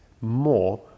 more